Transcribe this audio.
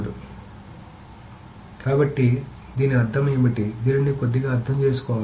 కాబట్టి దీని అర్థం ఏమిటి దీనిని కొద్దిగా అర్థం చేసుకోవాలి